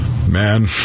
man